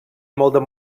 molt